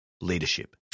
leadership